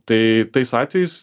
tai tais atvejais